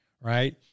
Right